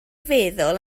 feddwl